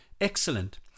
Excellent